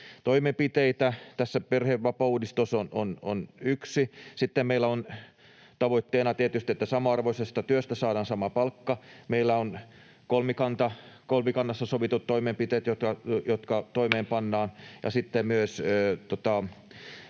toimenpiteitä tässä, perhevapaauudistus on yksi. Sitten meillä on tavoitteena tietysti, että samanarvoisesta työstä saadaan sama palkka. Meillä on kolmikannassa sovitut toimenpiteet,